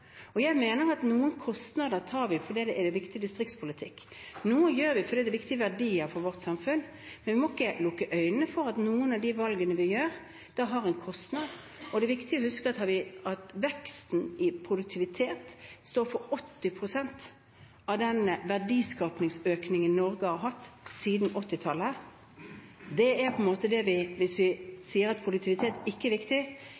Jeg mener at noen kostnader tar vi fordi det er viktig distriktspolitikk. Noe gjør vi fordi det er viktige verdier for vårt samfunn. Men vi må ikke lukke øynene for at noen av de valgene vi tar, har en kostnad. Det er viktig å huske at veksten i produktivitet står for 80 pst. av den verdiskapingsøkningen Norge har hatt siden 1980-tallet. Hvis vi sier at produktivitet ikke er viktig, er det faktisk det som er grunnlaget for å finansiere samfunnet vårt, vi sier nei til. Jeg merker meg at statsministeren ikke